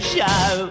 Show